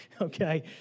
okay